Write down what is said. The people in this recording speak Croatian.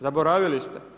Zaboravili ste?